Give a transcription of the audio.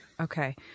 Okay